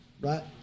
Right